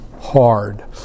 hard